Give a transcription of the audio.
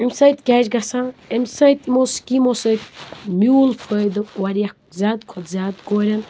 اَمہِ سۭتۍ کیٛاہ چھُ گَژھان امہِ سۭتۍ یِمو سِکیٖمو سۭتۍ میوٗل فٲیدٕ وارِیاہ زیادٕ کھۄتہٕ زیادٕ کورٮ۪ن